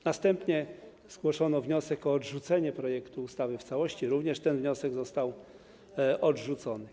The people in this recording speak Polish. Następnie zgłoszono wniosek o odrzucenie projektu ustawy w całości, również ten wniosek został odrzucony.